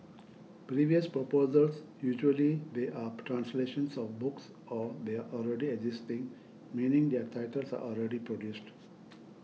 previous proposals usually they are translations of books or they are already existing meaning their titles are already produced